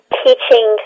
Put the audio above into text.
teaching